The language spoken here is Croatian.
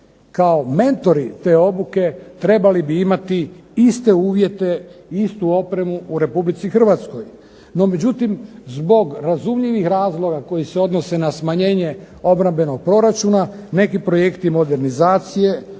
kao mentori te obuke trebali bi imati iste uvjete, istu opremu u Republici Hrvatskoj. NO, međutim, zbog razumljivih razloga koji se odnose na smanjenje obrambenog proračuna neki projekti modernizacije